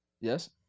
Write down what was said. Yes